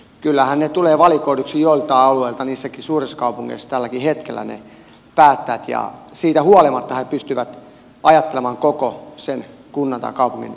kyllähän ne päättäjät tulevat valikoiduiksi joiltain alueilta niissä suurissakin kaupungeissa tälläkin hetkellä ja siitä huolimatta he pystyvät ajattelemaan koko sen kunnan tai kaupungin etua